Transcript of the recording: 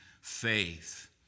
faith